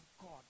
God